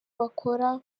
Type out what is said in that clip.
bakora